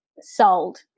sold